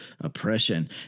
oppression